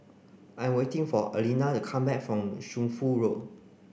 I'm waiting for Alina to come back from Shunfu Road